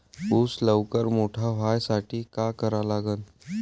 ऊस लवकर मोठा व्हासाठी का करा लागन?